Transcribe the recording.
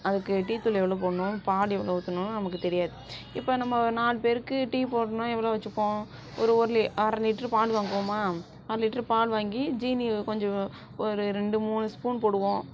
அதுக்கு டீ தூள் எவ்வளோ போடணும் பால் எவ்வளோ ஊற்றணும்னு நமக்கு தெரியாது இப்போ நம்ம நாலு பேருக்கு டீ போடணும்னா எவ்வளோ வச்சுப்போம் ஒரு ஒர் அரை லிட்டர் பால் வாங்குவோமா அரை லிட்டர் பால் வாங்கி ஜீனி கொஞ்சம் ஒரு ரெண்டு மூணு ஸ்பூன் போடுவோம்